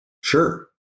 sure